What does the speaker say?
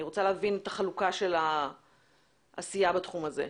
אני רוצה להבין את החלוקה של העשייה בתחום הזה.